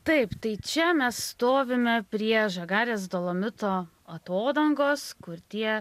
taip tai čia mes stovime prie žagarės dolomito atodangos kur tie